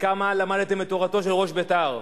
וכמה למדתם את תורתו של ראש בית"ר.